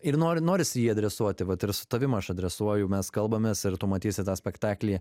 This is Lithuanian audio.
ir nori norisi jį adresuoti vat ir su tavim aš adresuoju mes kalbamės ir tu matysi tą spektaklį